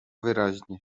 wyraźnie